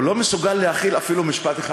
לא מסוגל להכיל אפילו משפט אחד.